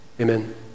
amen